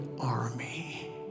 army